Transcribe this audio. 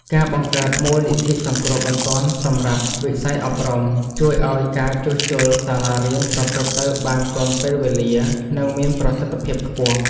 ការបង្កើតមូលនិធិសង្គ្រោះបន្ទាន់សម្រាប់វិស័យអប់រំ ជួយឱ្យការជួសជុលសាលារៀនប្រព្រឹត្តទៅបានទាន់ពេលវេលា និងមានប្រសិទ្ធភាពខ្ពស់។